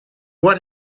what